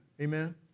amen